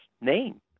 name